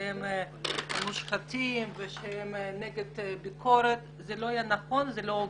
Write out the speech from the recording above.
שהם מושחתים ושהם נגד ביקורת כי זה לא יהיה נכון ולא הוגן.